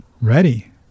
ready